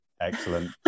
Excellent